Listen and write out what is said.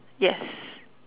yes